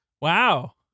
Wow